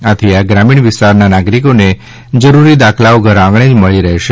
આથી આ ગ્રામીણ વિસ્તારના નાગરીકોને જરૂરી દાખલાઓ ઘરઆંગણે જ મળી રહેશે